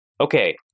Okay